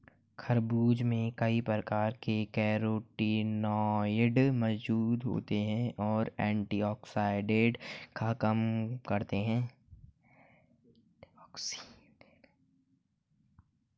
खरबूज में कई प्रकार के कैरोटीनॉयड मौजूद होते और एंटीऑक्सिडेंट का काम करते हैं